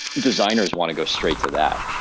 designers want to go straight to that.